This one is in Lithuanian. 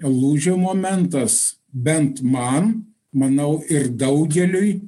lūžio momentas bent man manau ir daugeliui